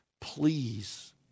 Please